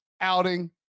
outing